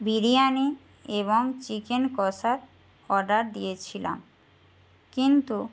বিরিয়ানি এবং chicken kosha order দিয়েছিলাম কিন্তু